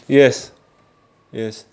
yes yes